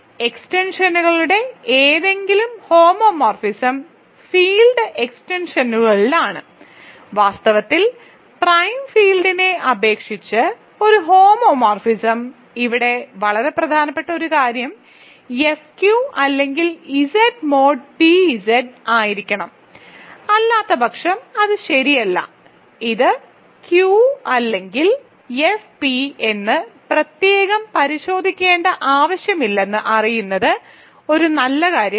എക്സ്റ്റെൻഷനുകളുടെ ഏതെങ്കിലും homomorphism field എക്സ്റ്റൻഷനുകളിലാണ് വാസ്തവത്തിൽ പ്രൈം ഫീൽഡിനെ അപേക്ഷിച്ച് ഒരു ഹോമോമോർഫിസം ഇവിടെ വളരെ പ്രധാനപ്പെട്ട ഒരു കാര്യം എഫ് ക്യു അല്ലെങ്കിൽ ഇസഡ് മോഡ് പി ഇസഡ് ആയിരിക്കണം അല്ലാത്തപക്ഷം അത് ശരിയല്ല ഇത് ക്യൂ അല്ലെങ്കിൽ എഫ് പി എന്ന് പ്രത്യേകം പരിശോധിക്കേണ്ട ആവശ്യമില്ലെന്ന് അറിയുന്നത് ഒരു നല്ല കാര്യമാണ്